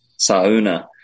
sauna